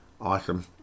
Awesome